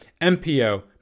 MPO